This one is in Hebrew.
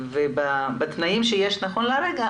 ובתנאים שיש נכון להירגע,